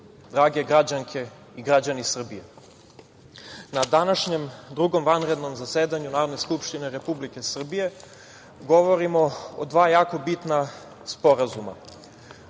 drage građanke i građani Srbije, na današnjem Drugom vanrednom zasedanju Narodne skupštine Republike Srbije govorimo o dva jako bitna sporazuma.